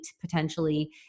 potentially